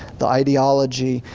the ideology,